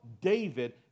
David